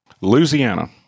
Louisiana